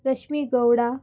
रश्मी गवडा